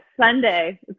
Sunday